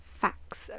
facts